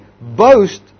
boast